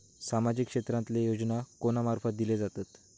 सामाजिक क्षेत्रांतले योजना कोणा मार्फत दिले जातत?